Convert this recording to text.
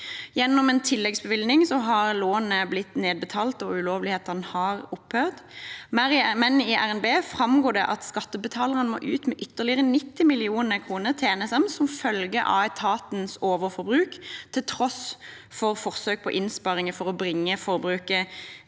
Gjennom en tilleggsbevilgning har lånet blitt nedbetalt, og ulovlighetene har opphørt. Men i revidert nasjonalbudsjett framgår det at skattebetalerne må ut med ytterligere 90 mill. kr til NSM som følge av etatens overforbruk, til tross for forsøk på innsparinger for å bringe forbruket